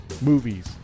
movies